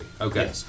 Okay